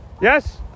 Yes